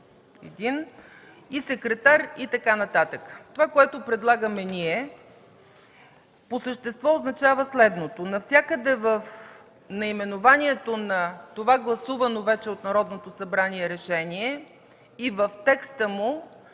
и секретар” и така нататък. Това, което предлагаме ние по същество означава следното – навсякъде в наименованието на това, гласувано вече от Народното събрание, решение и в текста му